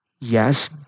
Yes